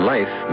Life